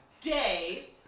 day